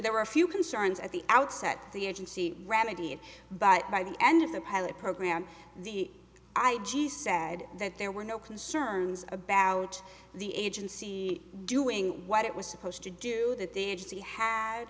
there were a few concerns at the outset the agency remedy it but by the end of the pilot program the i g said that there were no concerns about the agency doing what it was supposed to do that the